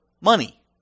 money